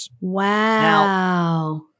Wow